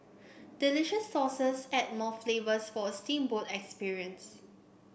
delicious sauces add more flavours for a steamboat experience